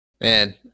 man